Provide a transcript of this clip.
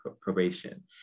probation